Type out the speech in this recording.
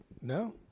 No